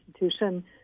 institution